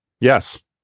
yes